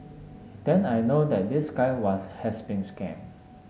then I know that this guy was has been scammed